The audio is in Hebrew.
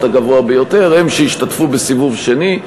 הגדול ביותר הם שישתתפו בסיבוב השני,